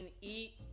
eat